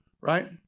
right